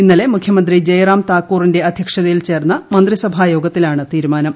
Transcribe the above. ഇന്നലെ മുഖ്യമന്ത്രി ജയ്റാം താക്കൂറിന്റെ അധ്യക്ഷതയിൽ ചേർന്ന മന്ത്രിസഭാ യോഗത്തിലാണ് തീരുമാനം